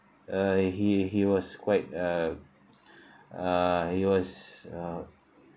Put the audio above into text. uh he he was quite uh uh he was uh